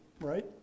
right